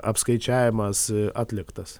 apskaičiavimas atliktas